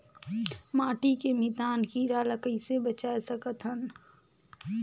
माटी के मितान कीरा ल कइसे बचाय सकत हन?